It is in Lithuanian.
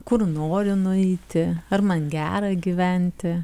kur noriu nueiti ar man gera gyventi